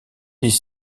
les